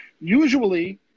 usually